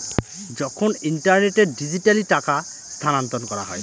যখন ইন্টারনেটে ডিজিটালি টাকা স্থানান্তর করা হয়